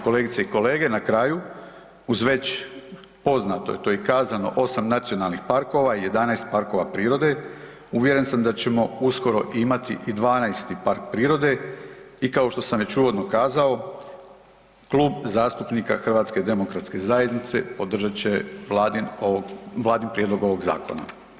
Kolegice i kolege, na kraju uz već poznato, to je i kazano 8 nacionalnih parkova i 11 parkova prirode, uvjeren sam da ćemo uskoro imati i 12. park prirode, i kao što sam već uvodno kazao, Klub zastupnika HDZ-a podržat će Vladin ovog, Vladin prijedlog ovog zakona.